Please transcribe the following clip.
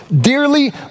Dearly